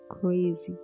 crazy